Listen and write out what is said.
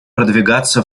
продвигаться